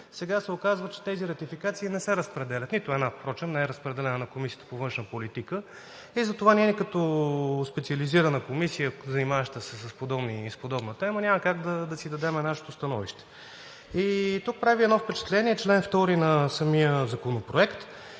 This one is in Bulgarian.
сега се оказва, че тези ратификации не се разпределят. Нито една впрочем не е разпределена на Комисията по външна политика и затова ние като специализирана комисия, занимаваща се с подобна тема, няма как да си дадем нашето становище. Тук прави впечатление – чл. 2 на самия Законопроект,